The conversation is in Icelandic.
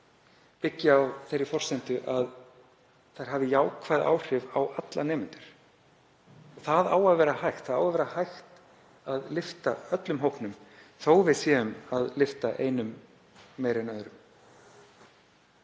byggist á þeirri forsendu að þær hafi jákvæð áhrif á alla nemendur. Það á að vera hægt að lyfta öllum hópnum þó að við séum að lyfta einum meira en öðrum.